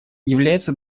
является